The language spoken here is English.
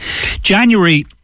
january